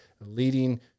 Leading